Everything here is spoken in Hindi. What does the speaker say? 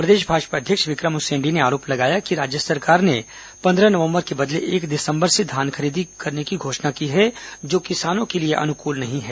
प्रदेश भाजपा अध्यक्ष विक्रम उसेंडी ने आरोप लगाया कि राज्य सरकार ने पंद्रह नवंबर के बदले एक दिसंबर से धान खरीदी करने की घोषणा की है जो किसानों के लिए अनुकूल नहीं है